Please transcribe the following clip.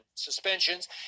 suspensions